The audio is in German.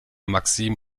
maxim